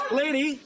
lady